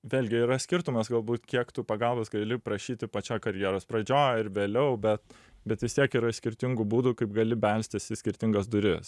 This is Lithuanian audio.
vėlgi yra skirtumas galbūt kiek tu pagalbos gali prašyti pačioj karjeros pradžioj ir vėliau bet bet vis tiek yra skirtingų būdų kaip gali belstis į skirtingas duris